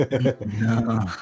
No